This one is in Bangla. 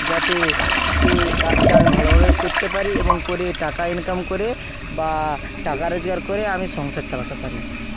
যাতে সে কাজটা আমি ভালোভাবে করতে পারি এবং করে টাকা ইনকাম করে বা টাকা রোজগার করে আমি সংসার চালাতে পারি